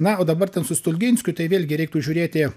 na o dabar ten su stulginskiu tai vėlgi reiktų žiūrėti